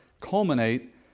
culminate